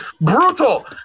Brutal